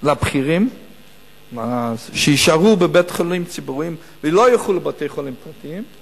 לבכירים שיישארו בבתי-חולים ציבוריים ולא ילכו לבתי-חולים פרטיים,